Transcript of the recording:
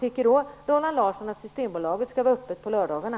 Tycker Roland Larsson också att Systembolaget skall vara öppet på lördagarna?